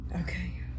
Okay